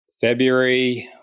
February